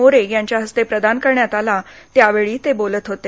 मोरे यांच्या हस्ते प्रदान करण्यात आला त्या वेळी ते बोलत होते